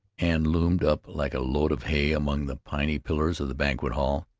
and loomed up like a load of hay among the piney pillars of the banquet hall.